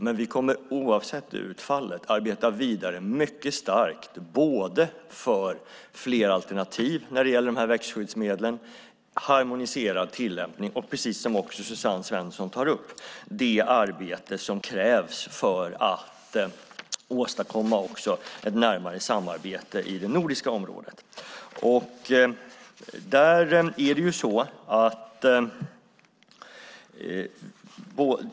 Oavsett utfallet kommer vi dock att arbeta vidare mycket starkt för fler alternativ när det gäller dessa växtskyddsmedel, för harmoniserad tillämpning och, precis som Suzanne Svensson tar upp, för att åstadkomma ett närmare samarbete i det nordiska området.